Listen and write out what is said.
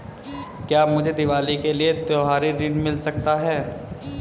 क्या मुझे दीवाली के लिए त्यौहारी ऋण मिल सकता है?